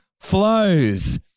flows